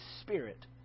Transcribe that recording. spirit